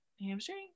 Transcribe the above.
hamstring